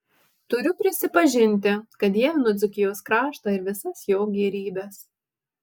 turiu prisipažinti kad dievinu dzūkijos kraštą ir visas jo gėrybes